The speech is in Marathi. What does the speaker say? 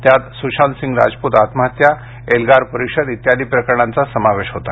त्यात सुशांत सिंग राजपूत आत्महत्या एल्गार परिषद इत्यादी प्रकरणांचा समावेश होता